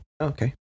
Okay